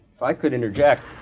if i could interject,